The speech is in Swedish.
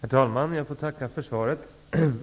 Herr talman! Jag får tacka för svaret.